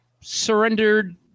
surrendered